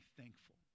thankful